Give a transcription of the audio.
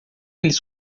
eles